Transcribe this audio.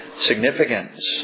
significance